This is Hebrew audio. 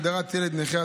הגדרת ילד נכה),